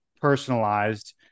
personalized